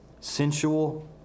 sensual